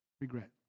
Regret